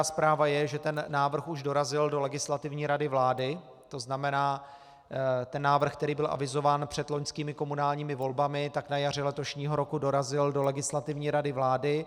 Dobrá zpráva je, že ten návrh už dorazil do Legislativní rady vlády, to znamená ten návrh, který byl avizován před loňskými komunálními volbami, na jaře letošního roku dorazil do Legislativní rady vlády.